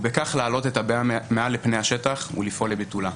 ובכך להעלות את הבעיה מעל פני השטח ולפעול לביטולה.